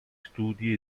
studi